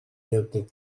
deute